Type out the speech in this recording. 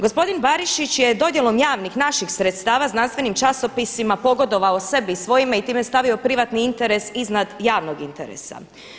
Gospodin Barišić je dodjelo javnih, naših sredstava znanstvenim časopisima pogodovao sebi i svojima i time stavio privatni interes iznad javnog interesa.